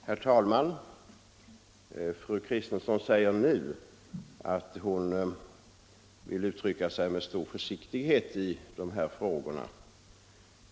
Herr talman! Fru Kristensson säger nu att hon vill uttrycka sig med stor försiktighet i dessa frågor.